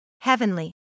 Heavenly